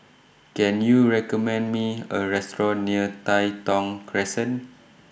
Can YOU recommend Me A Restaurant near Tai Thong Crescent